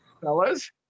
fellas